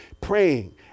praying